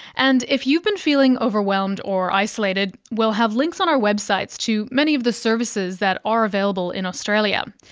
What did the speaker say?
and if you've been feeling overwhelmed or isolated, we'll have links on our websites to many of the services that are available in australia.